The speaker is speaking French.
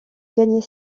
gagner